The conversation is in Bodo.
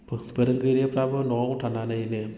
फोरोंगिरिफोराबो न'आव थानानैनो